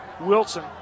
Wilson